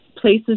places